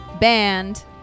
band